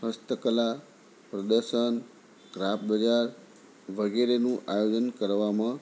હસ્તકલા પ્રદર્શન ક્રાફ્ટ બજાર વગેરેનું આયોજન કરવામાં